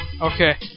Okay